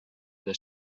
this